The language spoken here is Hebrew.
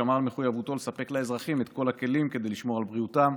שמר על מחויבותו לספק לאזרחים את כל הכלים כדי לשמור על בריאותם,